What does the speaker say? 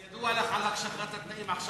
אז ידוע לך על הקשחת התנאים עכשיו,